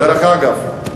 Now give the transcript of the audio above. דרך אגב,